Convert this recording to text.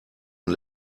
und